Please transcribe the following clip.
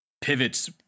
pivots